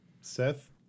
Seth